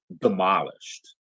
demolished